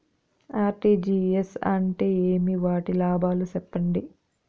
RTGS అంటే ఏమి? వాటి లాభాలు సెప్పండి?